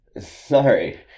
Sorry